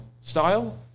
style